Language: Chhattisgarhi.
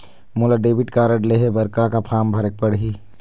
मोला डेबिट कारड लेहे बर का का फार्म भरेक पड़ही?